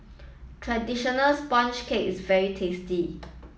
traditional sponge cake is very tasty